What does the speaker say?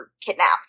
kidnapped